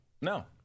No